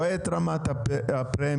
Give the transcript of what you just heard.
רואה את רמת הפרמיה,